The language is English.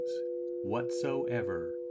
whatsoever